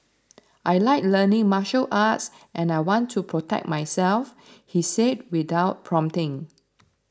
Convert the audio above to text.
I like learning martial arts and I want to protect myself he said without prompting